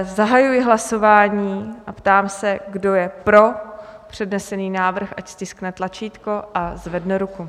Zahajuji hlasování a ptám se, kdo je pro přednesený návrh, ať stiskne tlačítko a zvedne ruku.